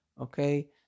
okay